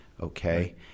Okay